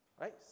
right